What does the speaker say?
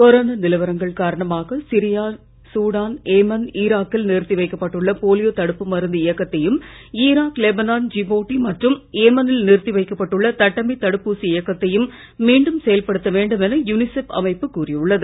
corona நிலவரங்கள் காரணமாக Syria Sudan Yemen மற்றும் ஈராக்கில் நிறுத்தி வைக்கப் பட்டுள்ள போலியோ தடுப்பு மருந்து இயக்கத்தையும் ஈராக் லெபனான் ஜிபோட்டி மற்றும் ஏமனில் நிறுத்தி வைக்கப் பட்டுள்ள தட்டம்மை தடுப்பூசி இயக்கத்தையும் மீண்டும் செயல்படுத்த வேண்டும் என யுனிசெஃப் அமைப்பு கூறியுள்ளது